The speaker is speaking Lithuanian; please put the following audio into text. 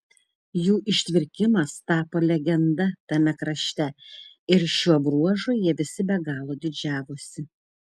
jų ištvirkimas tapo legenda tame krašte ir šiuo bruožu jie visi be galo didžiavosi